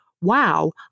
Wow